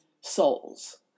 souls